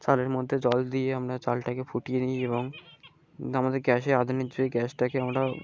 চালের মধ্যে জল দিয়ে আমরা চালটাকে ফুটিয়ে নিই এবং আমাদের গ্যাসে আধুনিক যুগ গ্যাসটাকে আমরা